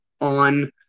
on